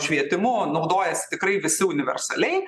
švietimu naudojasi tikrai visų universaliai